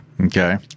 Okay